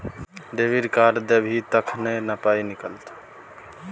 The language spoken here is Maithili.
डेबिट कार्ड देबही तखने न पाइ निकलतौ